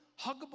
huggable